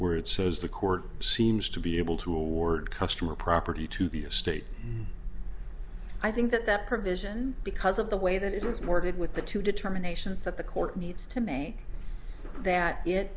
where it says the court seems to be able to award customer property to be a state i think that that provision because of the way that it was more did with the two determinations that the court needs to make that it